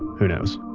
who know.